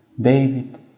David